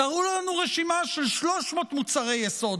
תראו לנו רשימה של 300 מוצרי יסוד,